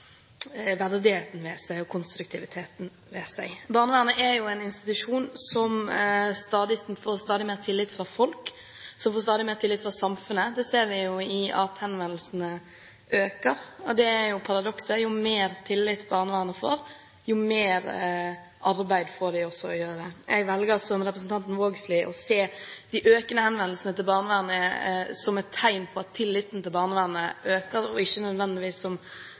en institusjon som stadig får mer tillit fra folk og fra samfunnet. Det ser vi ved at henvendelsene øker. Paradokset er at jo mer tillit barnevernet får, jo mer arbeid får de også. Jeg velger, som representanten Vågslid, å se de økende henvendelsene til barnevernet som et tegn på at tilliten til barnevernet øker, og ikke nødvendigvis